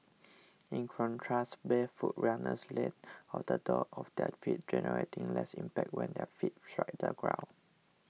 in contrast barefoot runners land on the door of their feet generating less impact when their feet strike the ground